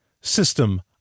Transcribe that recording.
system